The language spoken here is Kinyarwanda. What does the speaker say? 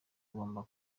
bagomba